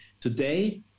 today